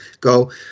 go